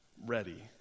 ready